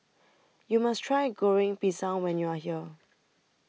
YOU must Try Goreng Pisang when YOU Are here